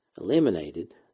eliminated